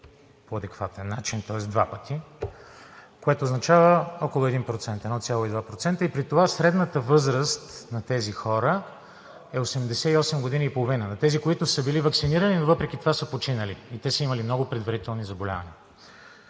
по адекватен начин, тоест два пъти, което означава около един процент – 1,2%, и при това средната възраст на тези хора е 88,5 години – на тези, които са били ваксинирани, но въпреки това са починали – те са имали много предварителни заболявания.